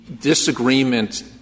disagreement